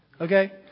okay